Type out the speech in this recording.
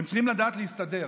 הם צריכים לדעת להסתדר,